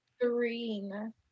Green